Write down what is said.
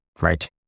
Right